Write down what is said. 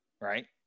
Right